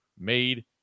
Made